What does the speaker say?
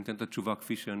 ואני נותן את התשובה כפי שאני